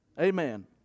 Amen